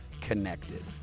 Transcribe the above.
connected